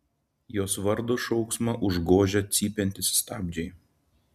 jos vardo šauksmą užgožia cypiantys stabdžiai